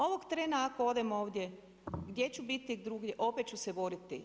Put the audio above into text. Ovog trena ako odem ovdje gdje ću biti drugdje, opet ću se boriti.